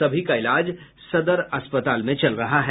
सभी का इलाज सदर अस्पताल में चल रहा है